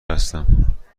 هستم